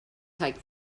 take